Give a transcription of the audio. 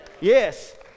yes